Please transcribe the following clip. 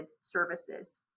services